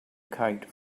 kite